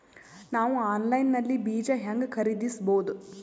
ನಾವು ಆನ್ಲೈನ್ ನಲ್ಲಿ ಬೀಜ ಹೆಂಗ ಖರೀದಿಸಬೋದ?